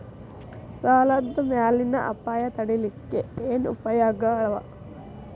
ಸಾಲದ್ ಮ್ಯಾಲಿನ್ ಅಪಾಯ ತಡಿಲಿಕ್ಕೆ ಏನ್ ಉಪಾಯ್ಗಳವ?